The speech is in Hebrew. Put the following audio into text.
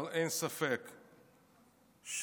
אבל אין ספק שהקואליציה,